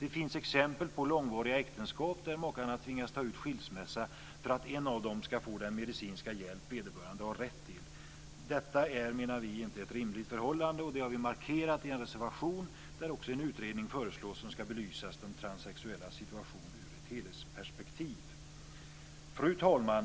Det finns exempel på långvariga äktenskap där makarna tvingas ta ut skilsmässa för att en av dem ska få den medicinska hjälp vederbörande har rätt till. Detta är, menar vi, inte ett rimligt förhållande, och det har vi markerat i en reservation där också en utredning föreslås som ska belysa de transsexuellas situation ur ett helhetsperspektiv. Fru talman!